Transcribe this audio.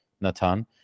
Natan